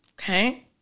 okay